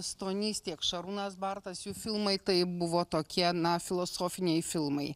stonys tiek šarūnas bartas jų filmai tai buvo tokie na filosofiniai filmai